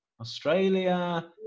Australia